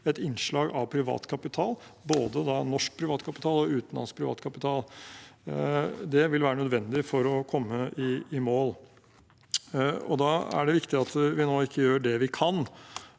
et innslag av privat kapital, både norsk privat kapital og utenlandsk privat kapital. Det vil være nødvendig for å komme i mål. Da er det viktig at vi nå ikke gjør det vi kan